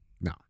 no